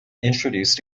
introduced